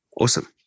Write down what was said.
Awesome